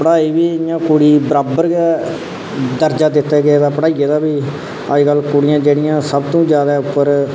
पढ़ाई बी कुड़ी इं'या बराबर गै दर्जा दित्ता गेदा पढ़ाइयै दा बी अज्जकल कुड़ियां जेह्ड़ियां सब तूं जादै उप्पर